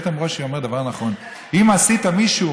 איתן ברושי אומר דבר נכון: אם עשית מישהו